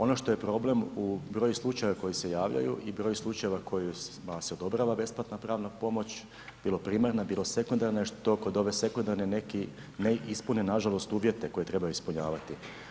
Ono što je problem u broju slučajeva koji se javljaju i broj slučajeva kojima se odobrava besplatna pravna pomoć bilo primarna, bilo sekundarna je to što kod ove sekundarne neki ne ispune na žalost uvjete koje trebaju ispunjavati.